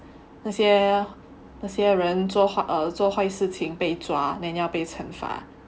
那些那些人做做坏事情被抓 then 要被惩罚